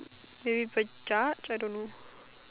maybe people judge I don't know